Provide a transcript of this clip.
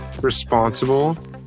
responsible